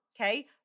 okay